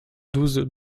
douze